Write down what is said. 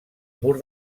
mur